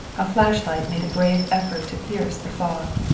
a flashlight made a brave effort to pierce the fog.